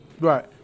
Right